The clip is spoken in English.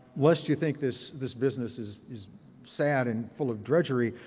lest you think this this business is is sad and full of drudgery.